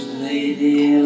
lady